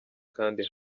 kandi